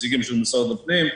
משרד הפנים,